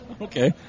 Okay